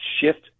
shift